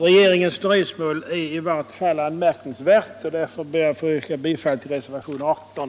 Regeringens dröjsmål är i varje fall anmärkningsvärt, och därför ber jag att få yrka bifall till reservationen 18.